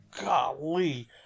golly